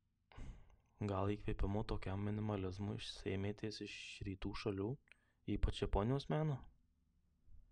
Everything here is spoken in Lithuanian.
gal įkvėpimo tokiam minimalizmui sėmėtės iš rytų šalių ypač japonijos meno